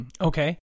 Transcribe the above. okay